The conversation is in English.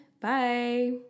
Bye